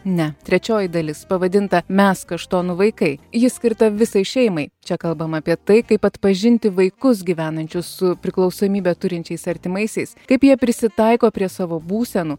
ne trečioji dalis pavadinta mes kaštonų vaikai ji skirta visai šeimai čia kalbama apie tai kaip atpažinti vaikus gyvenančius su priklausomybę turinčiais artimaisiais kaip jie prisitaiko prie savo būsenų